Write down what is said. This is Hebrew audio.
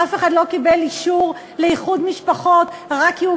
אף אחד לא קיבל אישור לאיחוד משפחות רק כי הוא